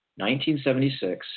1976